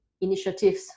initiatives